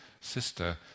sister